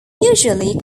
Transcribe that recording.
usually